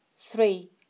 three